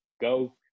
go